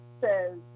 says